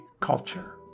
culture